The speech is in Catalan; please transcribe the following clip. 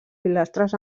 pilastres